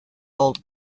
old